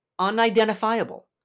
unidentifiable